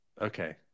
Okay